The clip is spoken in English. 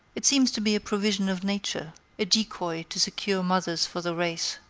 it seems to be a provision of nature a decoy to secure mothers for the race.